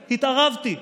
התערבתי.